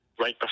right